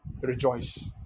Rejoice